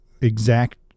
exact